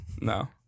No